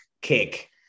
kick